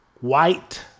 White